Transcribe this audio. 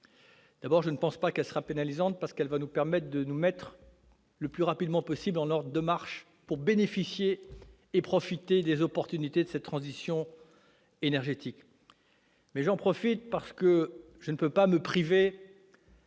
D'abord, je ne pense pas qu'elle soit pénalisante, car elle nous permettra de nous mettre le plus rapidement possible en ordre de marche pour bénéficier des opportunités de cette transition énergétique. Ensuite, je ne peux pas me priver